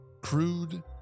crude